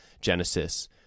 Genesis